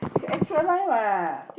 it's a extra line lah